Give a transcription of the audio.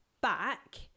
back